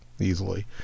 easily